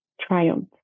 triumph